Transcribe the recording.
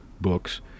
books